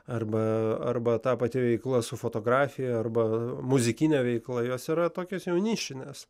arba arba ta pati veikla su fotografija arba muzikinė veikla jos yra tokios jau nišinės